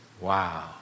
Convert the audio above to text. Wow